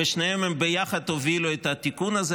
ושניהם ביחד הובילו את התיקון הזה.